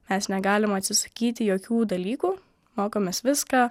mes negalim atsisakyti jokių dalykų mokomės viską